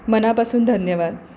मनापासून धन्यवाद